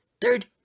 Third